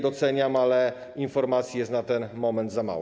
Doceniam, ale informacji jest na ten moment za mało.